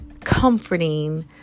comforting